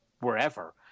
wherever